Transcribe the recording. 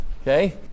Okay